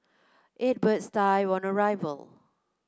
eight birds died on arrival